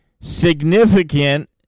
significant